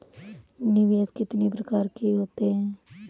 निवेश कितनी प्रकार के होते हैं?